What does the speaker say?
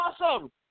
Awesome